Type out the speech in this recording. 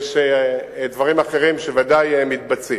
יש דברים אחרים שבוודאי מתבצעים.